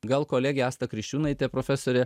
gal kolegė asta krikščiūnaitė profesorė